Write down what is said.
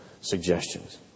suggestions